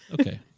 okay